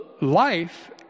life